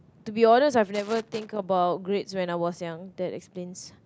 to be honest I have never think about grades when I was young that explains